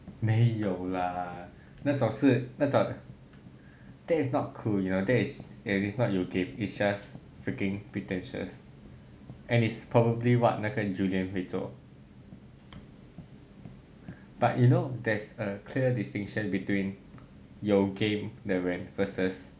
没有啦那种是那种 that is not cool you know that is that is not cool you know that is not 有 game it is just freaking pretentious and it's probably what 那个 julian 会做 but you know there's a clear distinction between 有 game 的人 versus